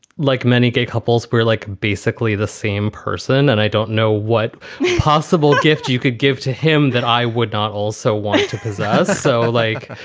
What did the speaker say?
like many gay couples, we're like basically the same person. and i don't know what the possible gift you could give to him that i would not also want to possess. so, like,